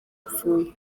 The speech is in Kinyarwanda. apfuye